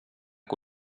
que